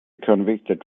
convicted